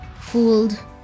fooled